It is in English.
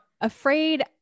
afraid